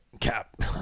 Cap